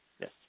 Yes